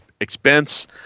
expense